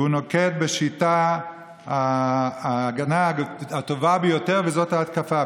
והוא נוקט שיטה של "ההגנה הטובה ביותר זאת ההתקפה".